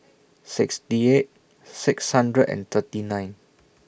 sixty eight six hundred and thirty nine